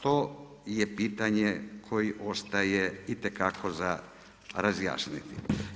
To je pitanje, koje ostaje itekako za razjasniti.